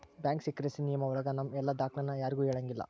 bank secrecy ನಿಯಮ ಒಳಗ ನಮ್ ಎಲ್ಲ ದಾಖ್ಲೆನ ಯಾರ್ಗೂ ಹೇಳಂಗಿಲ್ಲ